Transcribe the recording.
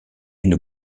une